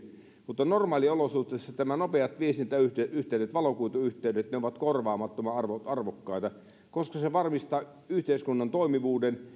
mutta normaaliolosuhteissa nämä nopeat viestintäyhteydet valokuituyhteydet ovat korvaamattoman arvokkaita koska ne varmistavat yhteiskunnan toimivuuden